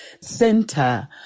center